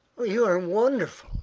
you are wonderful,